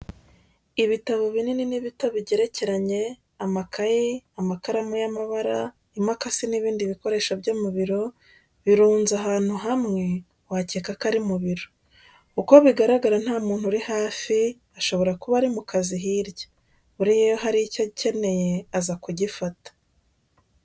Ibitabo binini n'ibito bigerekeranye, amakayi, amakaramu y'amabara, imakasi n'ibindi bikoresho byo mu biro birunze ahantu hamwe, wakeka ko ari mu biro. Uko bigaragara nta muntu uri hafi, ashobora kuba ari mu kazi hirya. Buriya iyo hari icyo akeneye aza kugifata.